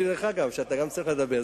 אני משאיר לך, אתה גם צריך לדבר.